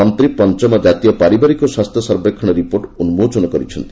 ମନ୍ତ୍ରୀ ପଞ୍ଚମ ଜାତୀୟ ପାରିବାରିକ ସ୍ୱାସ୍ଥ୍ୟ ସର୍ବେକ୍ଷଣ ରିପୋର୍ଟ ଉନ୍କୋଚନ କରିଛନ୍ତି